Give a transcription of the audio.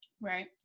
Right